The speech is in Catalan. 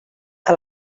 que